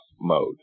mode